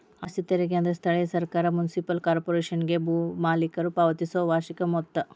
ಆಸ್ತಿ ತೆರಿಗೆ ಅಂದ್ರ ಸ್ಥಳೇಯ ಸರ್ಕಾರ ಮುನ್ಸಿಪಲ್ ಕಾರ್ಪೊರೇಶನ್ಗೆ ಭೂ ಮಾಲೇಕರ ಪಾವತಿಸೊ ವಾರ್ಷಿಕ ಮೊತ್ತ